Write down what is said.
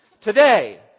today